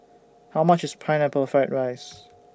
How much IS Pineapple Fried Rice